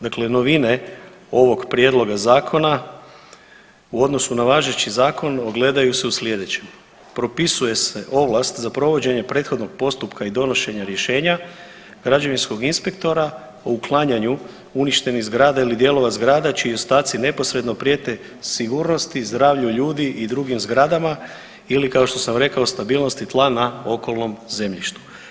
Dakle, novine ovog prijedloga zakona u odnosu na važeći zakon ogledaju se u slijedećem, propisuje se ovlast za provođenje prethodnog postupka i donošenja rješenja građevinskog inspektora o uklanjanju uništenih zgrada ili dijelova zgrada čiji ostaci neposredno prijete sigurnosti, zdravlju ljudi i drugim zgradama ili kao što sam rekao stabilnosti tla na okolnom zemljištu.